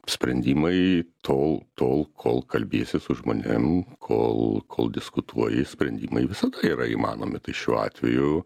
sprendimai tol tol kol kalbiesi su žmonėm kol kol diskutuoji sprendimai visada yra įmanomi tai šiuo atveju